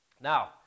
Now